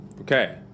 Okay